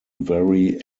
very